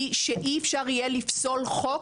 היא שאי אפשר יהיה לפסול חוק,